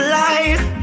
life